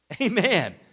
Amen